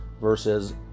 versus